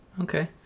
Okay